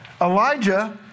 Elijah